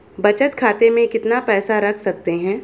बचत खाते में कितना पैसा रख सकते हैं?